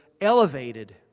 elevated